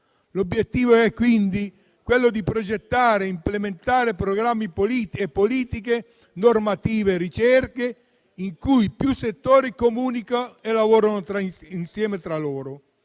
L'obiettivo è quindi progettare e implementare programmi, politiche, normative e ricerche, in cui più settori comunicano e lavorano insieme tra loro.